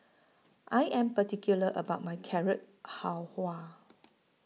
I Am particular about My Carrot Halwa